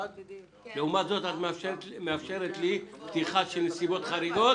לעומת זאת את מאפשרת לי פתיחה של נסיבות חריגות